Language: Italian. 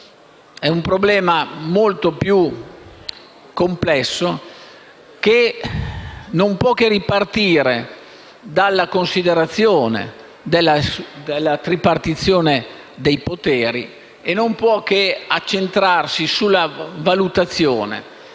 ampio, molto più complesso, che non può che ripartire dalla considerazione della tripartizione dei poteri e non può che accentrarsi sulla valutazione